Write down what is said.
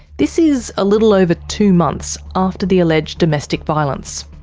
this is a little over two months after the alleged domestic violence.